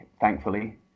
thankfully